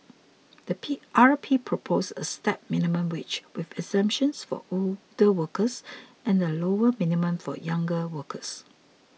the P R P proposed a stepped minimum wage with exemptions for older workers and a lower minimum for younger workers